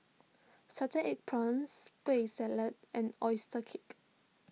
Salted Egg Prawns Kueh Salat and Oyster Cake